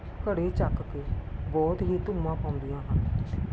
ਘੜੇ ਚੱਕ ਕੇ ਬਹੁਤ ਹੀ ਧੂੰਮਾਂ ਪਾਉਦੀਆਂ ਹਨ